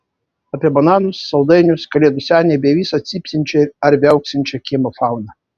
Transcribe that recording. apie bananus saldainius kalėdų senį bei visą cypsinčią ar viauksinčią kiemo fauną